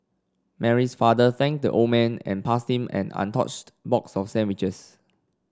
Mary's father thanked the old man and passed him an untouched box of sandwiches